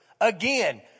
Again